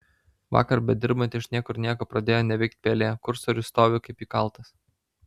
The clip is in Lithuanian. vakar bedirbant iš niekur nieko pradėjo neveikt pelė kursorius stovi kaip įkaltas